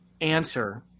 answer